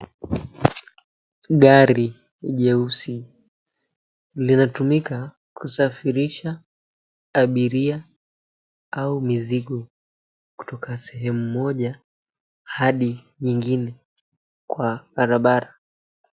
Gari jeusi linatumika kusafirisha abiria au mizigo kutoka sehemu moja hadi nyingine kwa barabara.